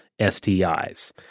STIs